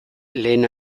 lehen